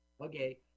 Okay